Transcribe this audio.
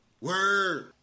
Word